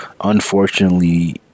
unfortunately